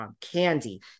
Candy